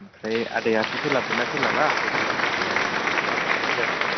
एमफ्राय आदायासो सोलाबगोनना सोलाबा बेखौनो माने खबर लाहरनाय जादों आरो